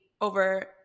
over